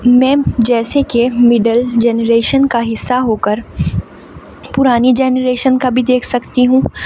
میں جیسے کہ مڈل جنریشن کا حصہ ہو کر پرانی جنریشن کا بھی دیکھ سکتی ہوں